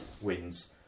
wins